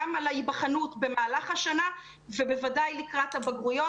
גם על ההיבחנות במהלך השנה ובוודאי לקראת הבגרויות.